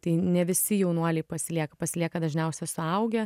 tai ne visi jaunuoliai pasilieka pasilieka dažniausia suaugę